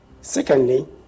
Secondly